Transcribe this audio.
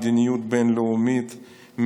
מדיניות בין-לאומית,